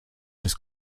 des